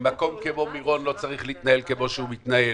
מקום כמו מירון לא צריך להתנהל כפי שהוא מתנהל.